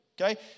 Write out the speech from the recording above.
Okay